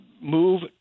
move